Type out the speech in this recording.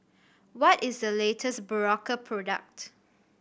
what is the latest Berocca product